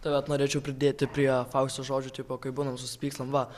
tai vat norėčiau pridėti prie faustės žodžių tipo kai būnam susipykstam va